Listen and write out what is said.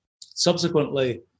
subsequently